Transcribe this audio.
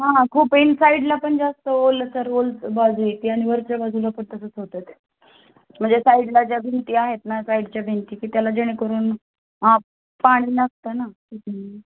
हा खूप आहे साईडला पण जास्त ओल तर ओल बाजू आहे ती आ आणि वरच्या बाजूलापण तेच होतं ते म्हणजे साईडला ज्या भिंती आहेत ना साईडच्या भिंती की त्याला जेणेकरून पाणी लागतं ना